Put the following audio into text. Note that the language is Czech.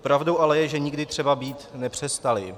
Pravdou ale je, že nikdy třeba být nepřestaly.